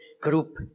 group